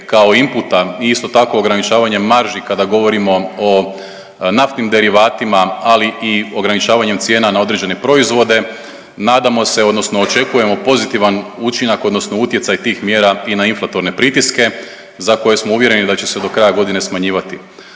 kao inputa i isto tako ograničavanje marži kada govorimo o naftnim derivatima, ali i ograničavanjem cijena na određene proizvode, nadamo se, odnosno očekujemo pozitivan učinak odnosno utjecaj tih mjera i na inflatorne pritiske, za koje smo uvjereni da će se do kraja godine smanjivati.